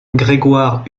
grégoire